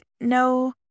no